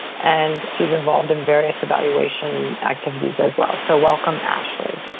and she's involved in various evaluation activities, as well. so welcome, ashley.